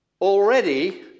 already